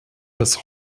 dass